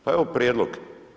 Pa evo prijedlog.